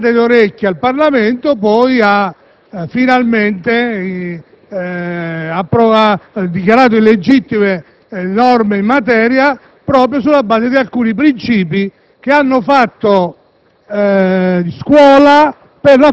dopo anni e anni di tirate d'orecchie al Parlamento, ha finalmente dichiarato illegittime le norme in materia, proprio sulla base di alcuni principi che hanno fatto